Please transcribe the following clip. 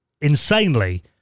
insanely